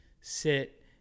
sit